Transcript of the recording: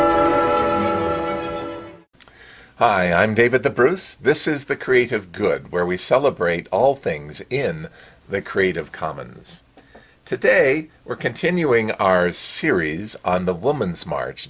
her hi i'm david the purpose this is the creative good where we celebrate all things in the creative commons today we're continuing our series on the woman's march